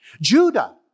Judah